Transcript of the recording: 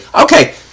Okay